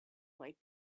might